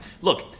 Look